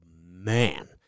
man